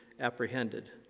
apprehended